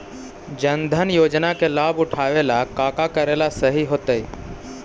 जन धन योजना के लाभ उठावे ला का का करेला सही होतइ?